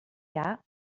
jahr